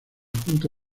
junta